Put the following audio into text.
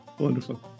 Wonderful